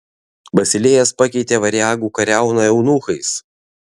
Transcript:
basilėjas pakeitė variagų kariauną eunuchais